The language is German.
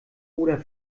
oder